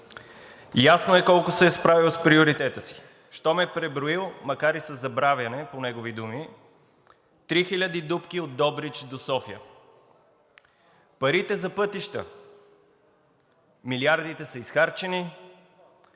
Ясно е колко се е справил с приоритета си, щом е преброил, макар и със забравяне по негови думи, 3 хиляди дупки от Добрич до София. Парите за пътища, милиардите са изхарчени,